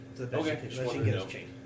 Okay